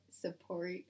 support